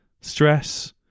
stress